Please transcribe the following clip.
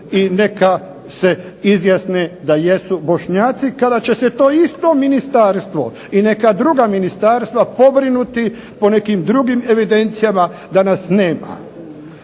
i neka se izjasne da jesu Bošnjaci, kada će se to isto ministarstvo i neka druga ministarstva pobrinuti po nekim drugim evidencijama da nas nema.